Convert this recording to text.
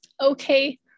Okay